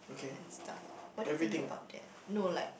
and stuff what do you think about that no like